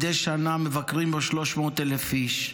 מדי שנה מבקרים בו 300,00 איש.